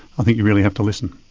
i think you really have to listen.